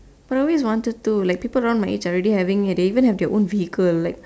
I always wanted to like people around my age are already having it they even have their own vehicle like